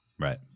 Right